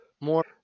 more